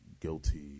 guilty